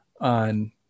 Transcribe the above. on